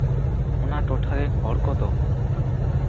ᱚᱱᱟ ᱴᱚᱴᱷᱟ ᱨᱮᱱ ᱦᱚᱲ ᱠᱚᱫᱚ